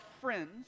friends